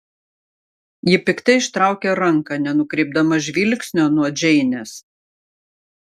ji piktai ištraukė ranką nenukreipdama žvilgsnio nuo džeinės